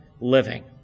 living